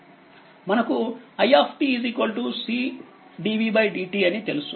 మనకు i C dvdt అని తెలుసు